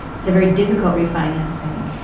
it's a very difficult refinancing.